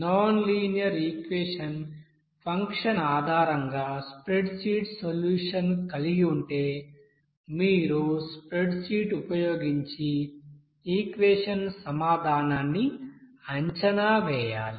non linear ఈక్యేషన్ం function ఆధారంగా spreadsheet solution కలిగి ఉంటే మీరు స్ప్రెడ్షీట్ ఉపయోగించి ఈక్యేషన్ం సమాధానాన్ని అంచనా వేయాలి